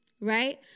right